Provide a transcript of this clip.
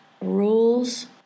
rules